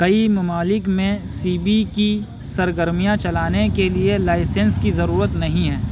کئی ممالک میں سی بی کی سرگرمیاں چلانے کے لیے لائسنس کی ضرورت نہیں ہے